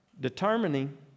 determining